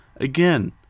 again